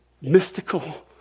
mystical